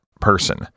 person